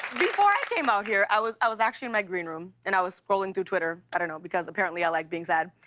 before i came out here, i was i was actually in my green room, and i was scrolling through twitter, i don't know, because apparently i like being sad,